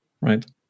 right